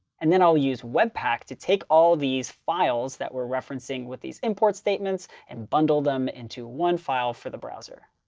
and then i'll use webpack to take all these files that we're referencing with these import statements and bundle them into one file for the browser.